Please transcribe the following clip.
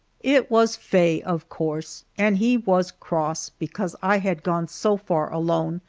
it was faye, of course, and he was cross because i had gone so far alone,